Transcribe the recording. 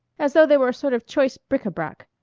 as though they were a sort of choice bric-a-brac.